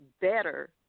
better